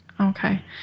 Okay